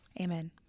amen